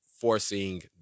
forcing